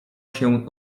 się